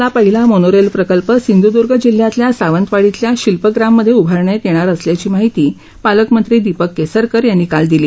कोकणातला पहिला मोनोरेल प्रकल्प सिधूद्र्ग जिल्ह्यातल्या सावतवाडीतल्या शिल्पग्राममध्ये उभारण्यात येणार असल्याची माहिती पालकमंत्री दीपक केसरकर यांनी काल दिली